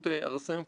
ב-1914,